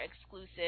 exclusive